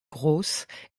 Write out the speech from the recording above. grosses